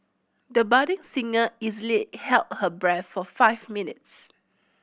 the budding singer easily held her breath for five minutes